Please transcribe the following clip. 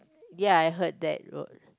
yaI heard that